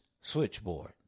switchboard